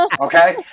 Okay